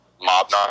mob